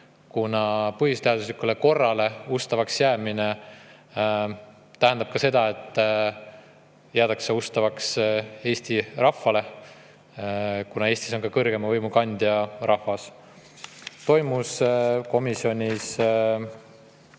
kuna põhiseaduslikule korrale ustavaks jäämine tähendab ka seda, et jäädakse ustavaks Eesti rahvale, kuna Eestis on ka kõrgeima võimu kandja rahvas. Komisjonis